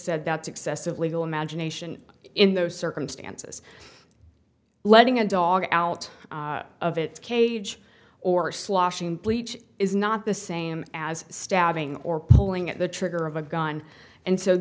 said that excessive legal imagination in those circumstances letting a dog out of its cage or sloshing bleach is not the same as stabbing or pulling at the trigger of a gun and so